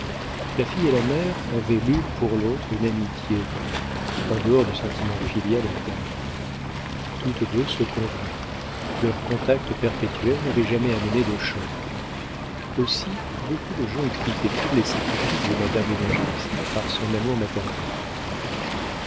la fille et la mère avaient l'une pour l'autre une amitié vraie en dehors du sentiment filial et maternel toutes deux se convenaient leur contact perpétuel n'avait jamais amené de choc aussi beaucoup de gens expliquaient ils les sacrifices de madame évangélista par son amour maternel